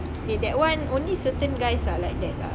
eh that one only certain guys are like that lah